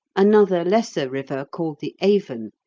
another lesser river, called the avon,